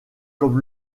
comme